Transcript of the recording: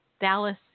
Dallas